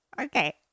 okay